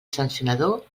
sancionador